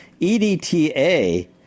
EDTA